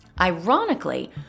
Ironically